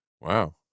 wow